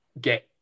get